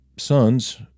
son's